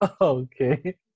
Okay